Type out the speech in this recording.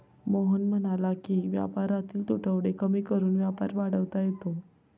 मोहन म्हणाला की व्यापारातील तुटवडे कमी करून व्यापार वाढवता येतो